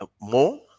more